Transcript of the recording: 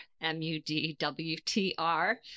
M-U-D-W-T-R